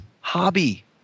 hobby